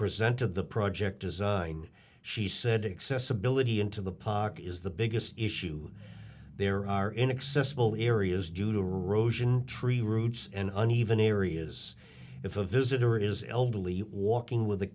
present of the project design she said excess ability into the pocket is the biggest issue there are inaccessible areas due to erosion tree roots and uneven areas if a visitor is elderly walking with a